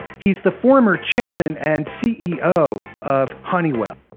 he's the former chairman and ceo of honeywell.